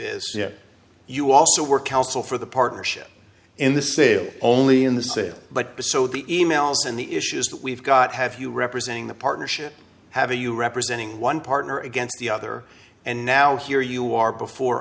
is you also were counsel for the partnership in the sale only in the sale but the so the e mails and the issues that we've got have you representing the partnership have a you representing one partner against the other and now here you are before